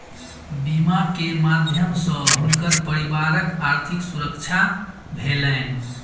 बीमा के माध्यम सॅ हुनकर परिवारक आर्थिक सुरक्षा भेलैन